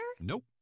Nope